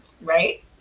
Right